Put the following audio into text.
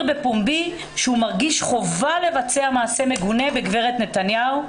בפומבי שהוא מרגיש חובה לבצע מעשה מגונה בגברת נתניהו.